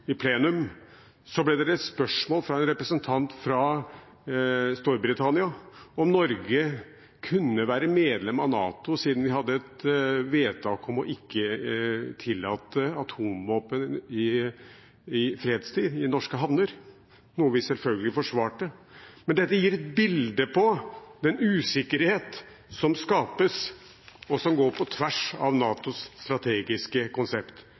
ble det reist spørsmål fra en representant fra Storbritannia om Norge kunne være medlem av NATO siden vi hadde et vedtak om ikke å tillate atomvåpen i fredstid i norske havner – noe vi selvfølgelig forsvarte. Men dette gir et bilde på den usikkerhet som skapes, og som går på tvers av NATOs strategiske konsept.